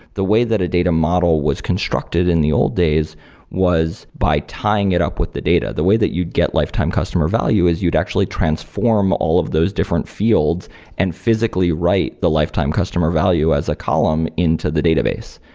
the way that a data model was constructed in the old days was by tying it up with the data. the way that you'd get lifetime customer value is you'd actually transform all of those different fields and physically write the lifetime customer value as a column into the database.